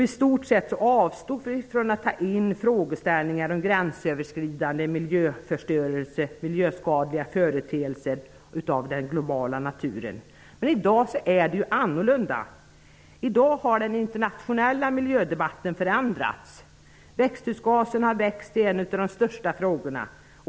I stort sett avstod vi från att ta in frågeställningar om gränsöverskridande miljöförstörelse och miljöskadliga företeelser av global natur. I dag är allt annorlunda. Den internationella miljödebatten har förändrats. Växthusgasen har växt till en av de största frågorna.